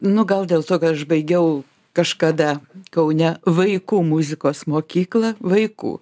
nu gal dėl to kad aš baigiau kažkada kaune vaikų muzikos mokyklą vaikų